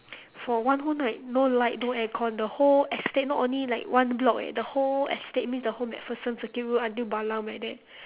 for one whole night no light no air con the whole estate not only like one block eh the whole estate means the whole macpherson circuit road until balam like that